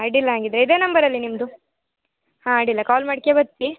ಅಡ್ಡಿಲ್ಲ ಹಂಗಿದ್ರೆ ಇದೇ ನಂಬರ್ ಅಲ್ಲ ನಿಮ್ಮದು ಹಾಂ ಅಡ್ಡಿಲ್ಲ ಕಾಲ್ ಮಾಡ್ಕ್ಯ ಬತ್ತೆ